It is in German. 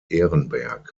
ehrenberg